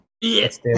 yes